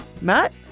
Matt